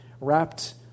wrapped